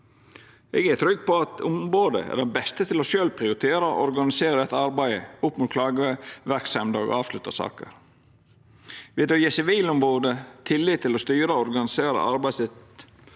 Eg er trygg på at ombodet er dei beste til sjølv å prioritera og organisera dette arbeidet opp mot klageverksemd og avslutta saker. Ved å gje Sivilombodet tillit til å styra og organisera arbeidet